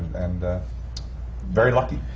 and very lucky.